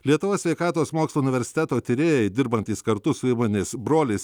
lietuvos sveikatos mokslų universiteto tyrėjai dirbantys kartu su įmonės broliais